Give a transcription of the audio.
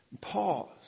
Pause